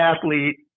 athlete